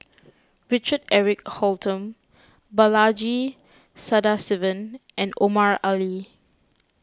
Richard Eric Holttum Balaji Sadasivan and Omar Ali